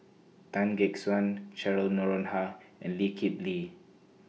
Tan Gek Suan Cheryl Noronha and Lee Kip Lee